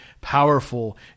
powerful